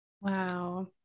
Wow